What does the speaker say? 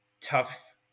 tough